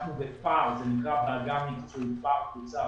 אנחנו בפער זה נקרא בעגה המקצועית פער תוצר